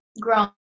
grown